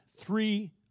Three